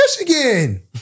Michigan